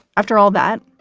after all, that,